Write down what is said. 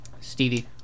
Stevie